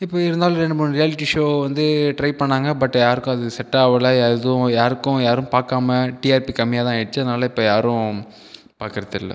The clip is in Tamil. இப்போ இருந்தாலும் ரெண்டு மூணு ரியாலிட்டி ஷோ வந்து ட்ரை பண்ணாங்க பட் யாருக்கும் அது செட்டாகல எதுவும் யாருக்கும் யாரும் பார்க்கமா டிஆர்பி கம்மியாக தான் ஆயிடுச்சு அதனால் இப்போ யாரும் பாக்கிறதில்ல